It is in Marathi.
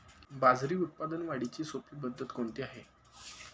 बाजरी उत्पादन वाढीची सोपी पद्धत कोणती आहे?